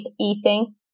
eating